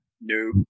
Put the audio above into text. No